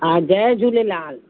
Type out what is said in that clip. हा जय झूलेलाल